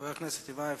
חבר הכנסת רוברט טיבייב.